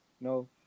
No